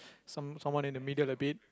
some~ someone in the middle a bit